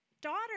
daughter